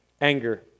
Anger